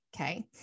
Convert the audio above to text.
Okay